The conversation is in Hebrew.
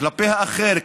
כלפי האחר,